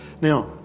Now